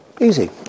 Easy